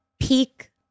peak